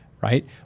right